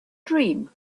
dream